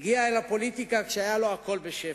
הגיע אל הפוליטיקה כשהיה לו הכול בשפע.